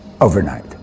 overnight